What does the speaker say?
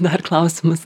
dar klausimas